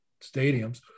stadiums